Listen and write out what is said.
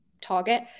target